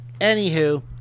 Anywho